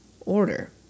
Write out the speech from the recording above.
order